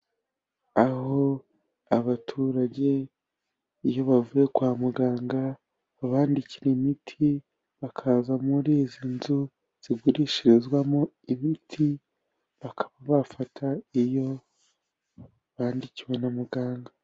Aho abaturage iyo bavuye kwa muganga, babandikira imiti, bakaza muri izi nzu zigurishirizwamo imiti, bakaba bafata iyo bandikiwe na muganga.